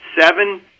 seven